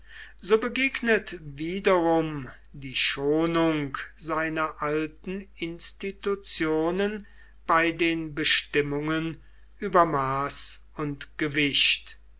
so begegnet wiederum die schonung seiner alten institutionen bei den bestimmungen über maß und gewicht